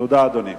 תודה, אדוני.